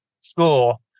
school